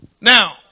Now